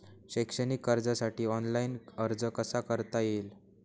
शैक्षणिक कर्जासाठी ऑनलाईन अर्ज कसा करता येईल?